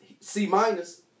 C-minus